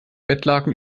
bettlaken